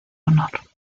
honor